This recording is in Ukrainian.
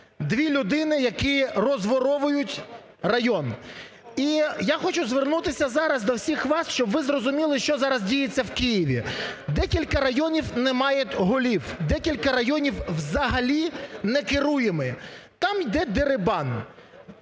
дві людини, які розворовують район. І я хочу звернутися зараз до всіх вас, щоб ви зрозуміли, що зараз діється в Києві. Декілька районів не мають голів, декілька районів взагалі не керуюємі, там йде дерибан,